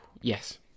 yes